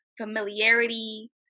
familiarity